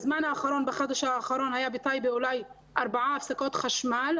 בחודש האחרון היה בטייבה אולי ארבע הפסקות חשמל.